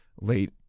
Late